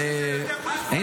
כן.